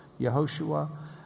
Yehoshua